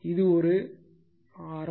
இது ஒரு r இது ஆரம்